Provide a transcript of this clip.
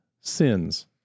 sins